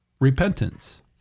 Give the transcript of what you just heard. repentance